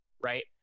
right